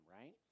right